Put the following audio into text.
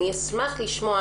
אני אשמח לשמוע